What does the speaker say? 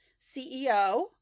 CEO